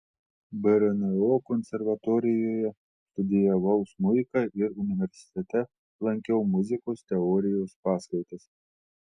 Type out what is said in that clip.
brno konservatorijoje studijavau smuiką ir universitete lankiau muzikos teorijos paskaitas